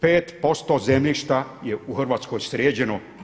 5% zemljišta je u Hrvatskoj sređeno.